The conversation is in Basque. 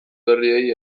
berriei